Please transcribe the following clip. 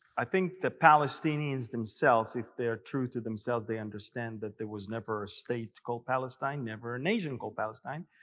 i think that palestinians, themselves, if they are true to themselves, they understand that there was never a state called palestine, never a nation called palestine.